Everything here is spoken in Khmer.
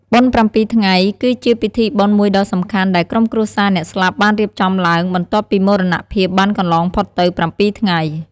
បុណ្យប្រាំពីរថ្ងៃ គឺជាពិធីបុណ្យមួយដ៏សំខាន់ដែលក្រុមគ្រួសារអ្នកស្លាប់បានរៀបចំឡើង បន្ទាប់ពីមរណភាពបានកន្លងផុតទៅ ៧ថ្ងៃ។